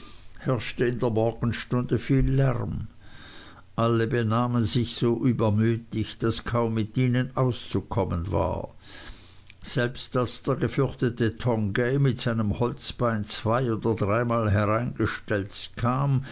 herrschte in der morgenstunde viel lärm alle benahmen sich so übermütig daß kaum mit ihnen auszukommen war selbst als der gefürchtete tongay mit seinem holzbein zwei oder dreimal hereingestelzt kam